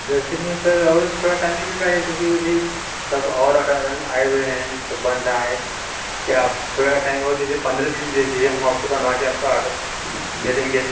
जैसे कि सर और थोड़ा टाइम नहीं मिल पाएगा क्योंकि अभी सब और ऑर्डर आए हुए हैं सब बन रहा है क्या आप थोड़ा टाइम और दीजिए पंद्रह दिन दे दीजिए हम आपको बनवाके आपका ऑर्डर दे देंगे